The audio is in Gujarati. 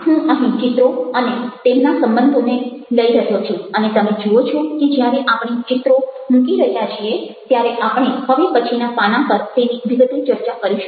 Refer Slide Time 1420 આમ હું અહીં ચિત્રો અને તેમના સંબંધોને લઈ રહ્યો છું અને તમે જુઓ છો કે જ્યારે આપણે ચિત્રો મૂકી રહ્યા છીએ ત્યારે આપણે હવે પછીના પાના પર તેની વિગતે ચર્ચા કરીશું